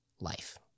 life